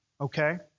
okay